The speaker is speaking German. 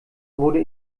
wurde